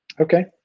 Okay